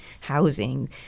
housing